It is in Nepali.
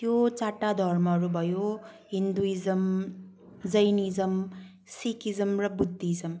त्यो चारवटा धर्महरू भयो हिन्दुज्म जैनिज्म सिखिज्म र बुद्धिज्म